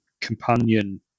companion